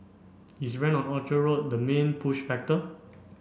is rent on Orchard Road the main push factor